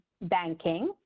banking